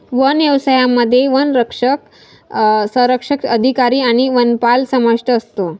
one व्यवसायामध्ये वनसंरक्षक अधिकारी आणि वनपाल समाविष्ट असतो